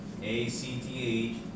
ACTH